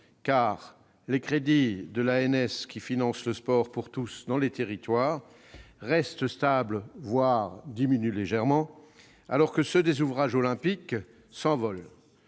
les crédits de l'ANS, qui finance le sport pour tous dans les territoires, restent stables, voire diminuent légèrement, alors que ceux qui sont affectés aux ouvrages olympiques s'envolent